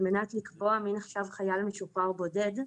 על מנת לקבוע מי נחשב חייל משוחרר בודד,